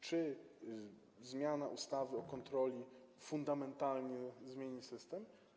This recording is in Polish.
Czy zmiana ustawy o kontroli fundamentalnie zmieni system?